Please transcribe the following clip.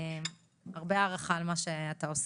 הרבה הערכה על מה שאתה עושה.